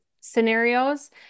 scenarios